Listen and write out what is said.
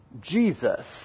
Jesus